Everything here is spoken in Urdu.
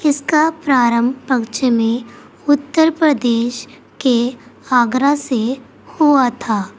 اس کا پرارمبھ پکچھمی اتر پردیش کے آگرہ سے ہوا تھا